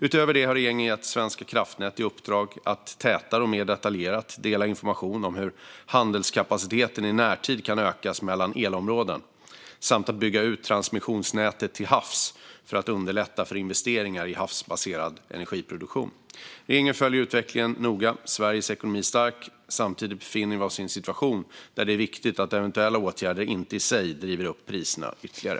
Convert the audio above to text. Utöver det har regeringen gett Svenska kraftnät i uppdrag att tätare och mer detaljerat dela information om hur handelskapaciteten i närtid kan ökas mellan elområden samt att bygga ut transmissionsnätet till havs för att underlätta för investeringar i havsbaserad energiproduktion. Regeringen följer utvecklingen noga. Sveriges ekonomi är stark. Samtidigt befinner vi oss i en situation där det är viktigt att eventuella åtgärder inte i sig driver upp priserna ytterligare.